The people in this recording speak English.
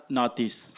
notice